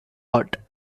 ward